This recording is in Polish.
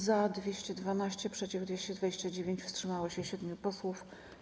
Za - 212, przeciw - 229, wstrzymało się 7 posłów.